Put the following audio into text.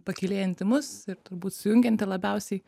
pakylėjanti mus ir turbūt sujungianti labiausiai